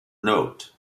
note